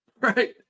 Right